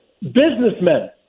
businessmen